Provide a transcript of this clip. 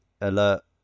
alert